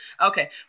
Okay